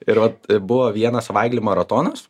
ir vat buvo vienas savaitgalį maratonas